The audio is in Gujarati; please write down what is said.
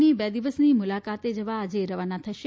ની બે દિવસની મુલાકાતે જવા આજે રવાના થશે